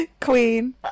Queen